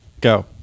go